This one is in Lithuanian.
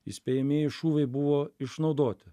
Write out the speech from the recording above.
įspėjamieji šūviai buvo išnaudoti